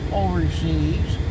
overseas